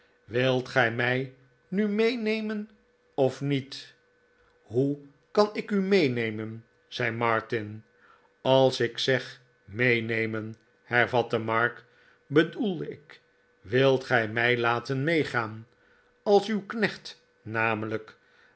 wilt gij mij nu meenemen of niet r hoe kan ik u meenemen zei martin als ik zeg meenemen hervatte mark bedoel ik wilt gij mij laten meegaan als uw knecht namelijkj